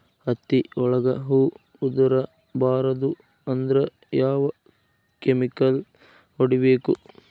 ಹತ್ತಿ ಒಳಗ ಹೂವು ಉದುರ್ ಬಾರದು ಅಂದ್ರ ಯಾವ ಕೆಮಿಕಲ್ ಹೊಡಿಬೇಕು?